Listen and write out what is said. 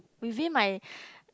within my